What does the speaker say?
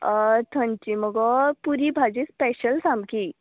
थंयची मगो पुरी भाजी स्पॅशल सामकी